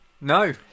No